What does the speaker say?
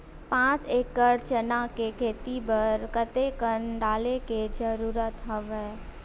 पांच एकड़ चना के खेती बर कते कन डाले के जरूरत हवय?